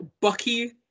bucky